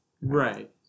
right